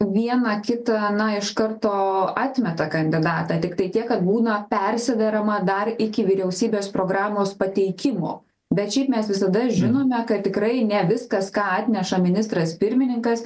vieną kitą na iš karto atmeta kandidatą tiktai tie kad būna persiderama dar iki vyriausybės programos pateikimo bet šiaip mes visada žinome kad tikrai ne viskas ką atneša ministras pirmininkas